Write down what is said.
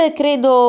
credo